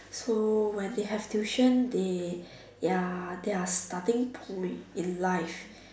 so when they have tuition they ya their are starting point in life